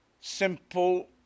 simple